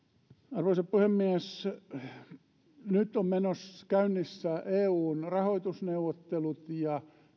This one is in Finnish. arvoisa puhemies nyt on käynnissä eun rahoitusneuvottelut ja